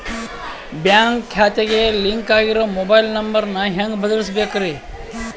Bank ಖಾತೆಗೆ link ಆಗಿರೋ mobile number ನ ಹೆಂಗ್ ಬದಲಿಸಬೇಕ್ರಿ?